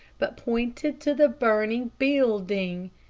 but pointed to the burning building.